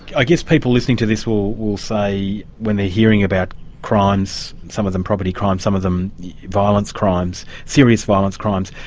i guess people listening to this will will say when they're hearing about crimes, some of them property crimes, some of them violence crimes, serious violence crimes,